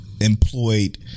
employed